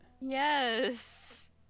Yes